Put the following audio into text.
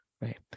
Right